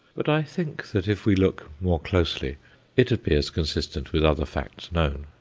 but i think that if we look more closely it appears consistent with other facts known.